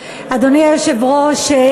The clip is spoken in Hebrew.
היושב-ראש,